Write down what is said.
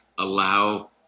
allow